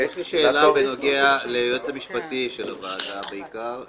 יש לי שאלה ליועץ המשפטי של הוועדה בעיקר.